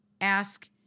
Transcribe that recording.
ask